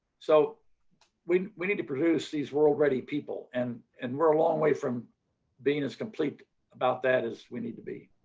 so we we need to produce these role ready people and and we're a long way from being as complete about that as we need to be.